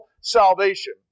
salvation